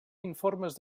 informes